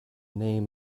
name